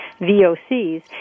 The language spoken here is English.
VOCs